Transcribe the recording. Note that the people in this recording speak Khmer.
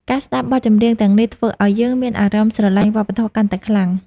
ការស្ដាប់បទចម្រៀងទាំងនេះ ធ្វើឱ្យយើងមានអារម្មណ៍ស្រឡាញ់វប្បធម៌កាន់តែខ្លាំង។